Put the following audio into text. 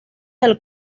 del